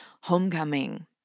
homecoming